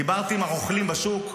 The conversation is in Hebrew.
דיברתי עם הרוכלים בשוק,